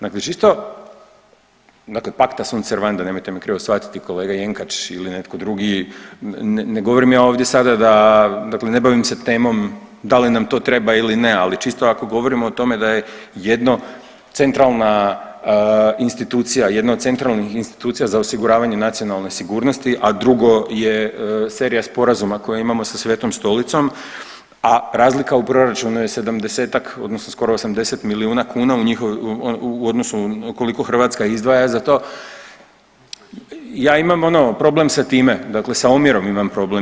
Dakle, čisto, dakle pacta sunt servanda nemojte me krivo shvatiti kolega Jenkač ili netko drugi, ne govorim ja ovdje sada da, dakle ne bavim se temom da li nam to treba ili ne, ali čisto ako govorimo o tome da je jedno centralna institucija, jedno od centralnih institucija za osiguravanje nacionalne sigurnosti, a drugo je serija sporazuma koja imamo sa Svetom Stolicom, a razlika u proračunu je 70-ak odnosno skoro 80 milijuna kuna u njihovu, u odnosu koliko Hrvatska izdvaja za to, ja imam ono problem sa time, dakle sa omjerom imam problem.